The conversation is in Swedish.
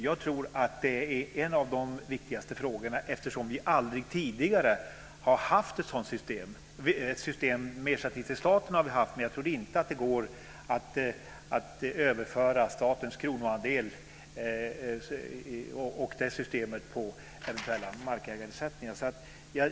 Jag tror att det är en av de viktigaste frågorna, eftersom vi aldrig tidigare har haft ett sådant system. Med staten har vi haft det, men jag tror inte att det går att överföra systemet med statens kronoandel på frågor om eventuell ersättning till markägare.